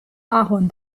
ahorn